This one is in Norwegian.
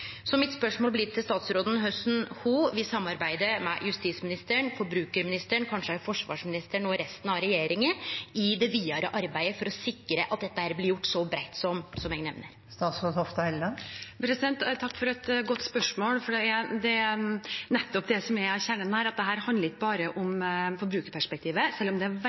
Mitt spørsmål til statsråden blir korleis ho vil samarbeide med justisministeren, forbrukarministeren, kanskje òg forsvarsministeren og resten av regjeringa i det vidare arbeidet for å sikre at dette blir gjort så breitt som eg nemner. Takk for et godt spørsmål. Nettopp det som er kjernen her, er at dette ikke bare handler om forbrukerperspektivet selv om det er